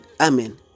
amen